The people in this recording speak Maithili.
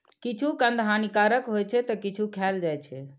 किछु कंद हानिकारक होइ छै, ते किछु खायल जाइ छै